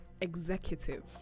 executive